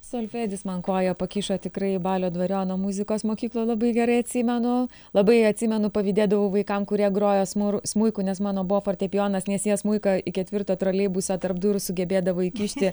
solfedis man koją pakišo tikrai balio dvariono muzikos mokykloj labai gerai atsimenu labai atsimenu pavydėdavau vaikam kurie groja smur smuiku nes mano buvo fortepijonas nes jie smuiką į ketvirtą troleibusą tarp durų sugebėdavo įkišti